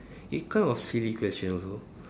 it kind of silly question also